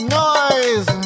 noise